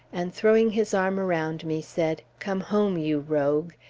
and throwing his arm around me, said, come home, you rogue!